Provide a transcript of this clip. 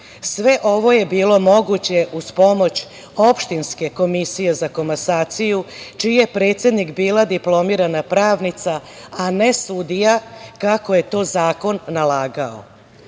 Sve ovo je bilo moguće uz pomoć Opštinske komisije za komasaciju, čiji je predsednik bila diplomirana pravnica, a ne sudija, kako je to zakon nalagao.